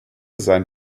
sein